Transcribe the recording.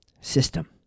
system